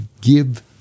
give